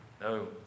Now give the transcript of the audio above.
No